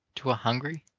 to a hungry,